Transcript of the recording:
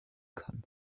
kann